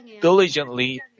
diligently